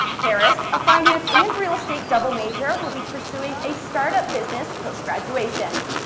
harris a finanace and real estate double major. will be pursing a startup business post graduation